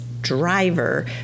driver